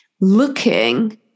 looking